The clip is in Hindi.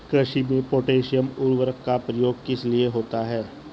कृषि में पोटैशियम उर्वरक का प्रयोग किस लिए होता है?